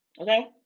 Okay